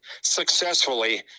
successfully